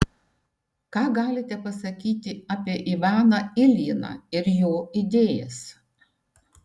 ką galite pasakyti apie ivaną iljiną ir jo idėjas